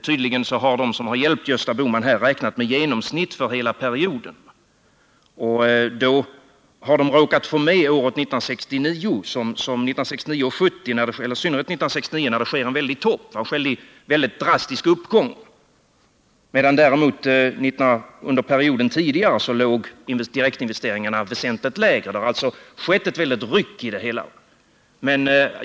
Tydligen har de som har hjälpt Gösta Bohman här räknat med genomsnitt för hela perioden, och då har de råkat få med åren 1969 och 1970 — i synnerhet 1969, då det sker en drastisk uppgång — medan direktinvesteringarna under perioden tidigare däremot låg väsentligt lägre. Det har alltså skett ett väldigt ryck i det hela.